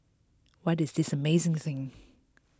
what is this amazing thing